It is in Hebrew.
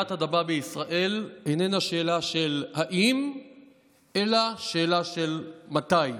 רעידת אדמה בישראל איננה שאלה של האם אלא שאלה של מתי.